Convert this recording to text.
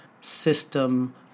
system